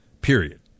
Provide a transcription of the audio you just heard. period